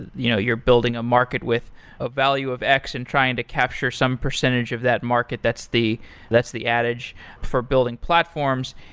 you know you're building a market with a value of x and trying to capture some percentage of that market that's that's the adage for building platforms.